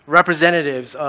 representatives